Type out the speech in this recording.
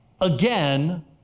again